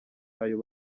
ayo